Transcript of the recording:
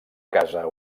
casa